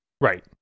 Right